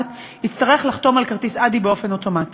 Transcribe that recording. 21, יצטרך לחתום על כרטיס "אדי" באופן אוטומטי,